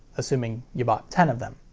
assuming you bought ten of them.